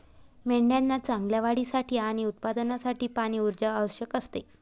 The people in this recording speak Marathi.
मेंढ्यांना चांगल्या वाढीसाठी आणि उत्पादनासाठी पाणी, ऊर्जा आवश्यक असते